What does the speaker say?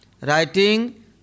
writing